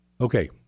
Okay